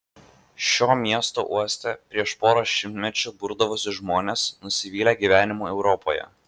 šio miesto uoste prieš porą šimtmečių burdavosi žmonės nusivylę gyvenimu europoje